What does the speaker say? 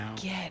Get